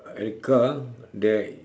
at car there